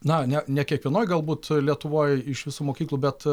na ne ne kiekvienoj galbūt lietuvoj iš visų mokyklų bet